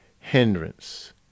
hindrance